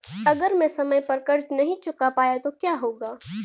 अगर मैं समय पर कर्ज़ नहीं चुका पाया तो क्या होगा?